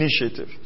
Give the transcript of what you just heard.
initiative